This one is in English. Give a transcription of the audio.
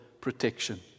protection